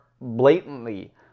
blatantly